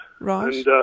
Right